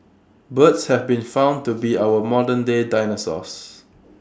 birds have been found to be our modernday dinosaurs